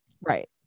Right